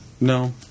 No